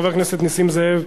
חבר הכנסת נסים זאב,